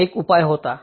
हा एक उपाय होता